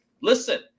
listen